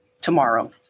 tomorrow